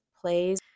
plays